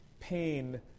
pain